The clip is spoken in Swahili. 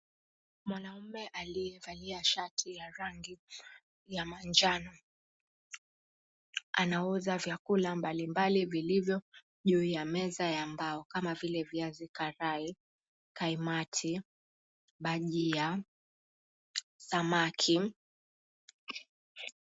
Mwanaume aliyevalia shati ya rangi ya manjano anauza vyakula mbali mbali vilivyo juu ya meza ya mbao kama vile viazi karai, kaimati, bhajia, samaki.